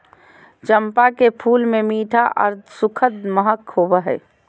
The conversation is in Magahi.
चंपा के फूल मे मीठा आर सुखद महक होवो हय